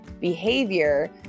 behavior